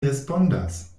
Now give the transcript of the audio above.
respondas